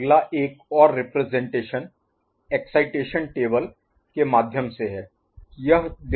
अगला एक और representation excitation table Excitation Table उत्तेजना तालिका के माध्यम से है